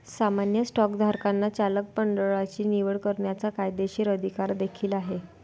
सामान्य स्टॉकधारकांना संचालक मंडळाची निवड करण्याचा कायदेशीर अधिकार देखील आहे